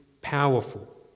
powerful